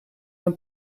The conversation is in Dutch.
een